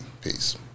Peace